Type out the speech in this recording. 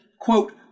quote